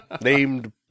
Named